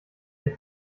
ihr